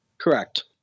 Correct